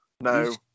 No